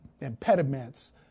impediments